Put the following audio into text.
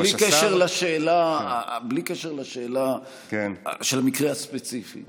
השר, בלי קשר לשאלה של המקרה הספציפי.